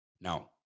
Now